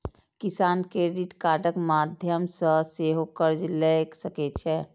किसान क्रेडिट कार्डक माध्यम सं सेहो कर्ज लए सकै छै